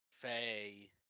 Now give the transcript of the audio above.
Faye